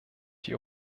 die